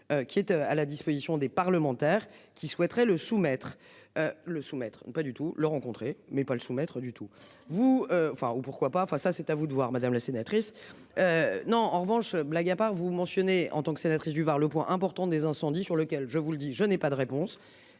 Qui est à la disposition des parlementaires qui souhaiteraient le soumettre. Le soumettre ou pas du tout le rencontrer mais Paul soumettre du tout vous enfin ou pourquoi pas enfin ça c'est à vous de voir madame la sénatrice. Non. En revanche, blague à part vous mentionnez en tant que sénatrice du Var, le point important des incendies sur lequel, je vous le dis, je n'ai pas de réponse.